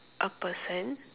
a person